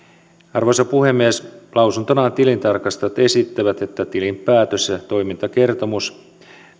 arvoisa puhemies lausuntonaan tilintarkastajat esittävät että tilinpäätös ja toimintakertomus